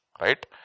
right